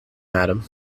madam